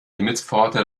himmelspforte